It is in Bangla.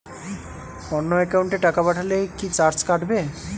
অন্য একাউন্টে টাকা পাঠালে কি চার্জ কাটবে?